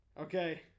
Okay